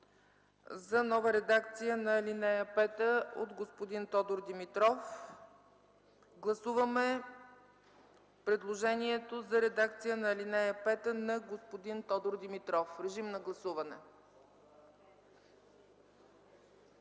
за нова редакция на ал. 5 от господин Тодор Димитров. Гласуваме предложението за редакция на ал. 5 на господин Тодор Димитров. Гласували